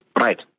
Right